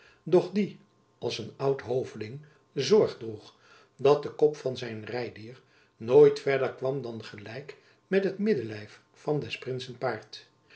doch die als een oud hoveling zorg droeg dat de kop van zijn rijdier nooit verder kwam dan gelijk met het middellijf van des prinsen paard